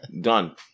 Done